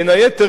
בין היתר,